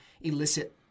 elicit